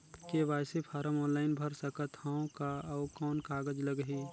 KYC form online भर सकत हवं का? अउ कौन कागज लगही?